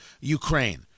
Ukraine